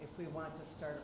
if we want to start